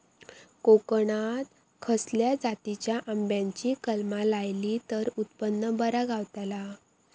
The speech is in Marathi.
कोकणात खसल्या जातीच्या आंब्याची कलमा लायली तर उत्पन बरा गावताला?